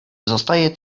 zostaje